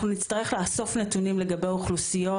אנחנו נצטרך לאסוף נתונים לגבי אוכלוסיות